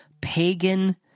pagan